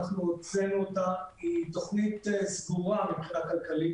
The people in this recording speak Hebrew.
הוצאנו תוכנית סדורה מבחינה כלכלית.